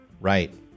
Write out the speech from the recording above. Right